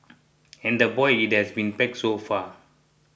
and a boy it has been packed so far